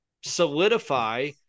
solidify